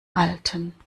alten